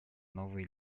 новой